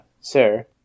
sir